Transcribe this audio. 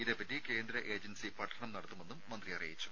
ഇതേപ്പറ്റി കേന്ദ്ര ഏജൻസി പഠനം നടത്തുമെന്നും മന്ത്രി അറിയിച്ചു